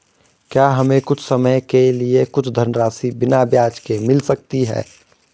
क्या हमें कुछ समय के लिए कुछ धनराशि बिना ब्याज के मिल सकती है?